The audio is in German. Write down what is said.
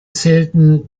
zählten